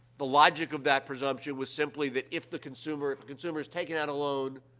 the logic of that presumption was simply that if the consumer if a consumer's taking out a loan,